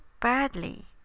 badly